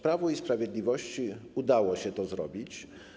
Prawu i Sprawiedliwości udało się to zrobić.